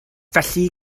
felly